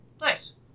Nice